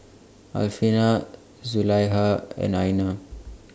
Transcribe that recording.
Alfian Zulaikha and Aina